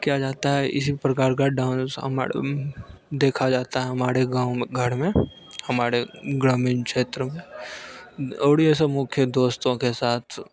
किया जाता है इसी प्रकार का डांस हमारे देखा जाए जाता है हमारे गाँव में घर में हमारे ग्रामीण क्षेत्र में और ये मुख्य दोस्तों के साथ